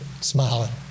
smiling